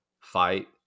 fight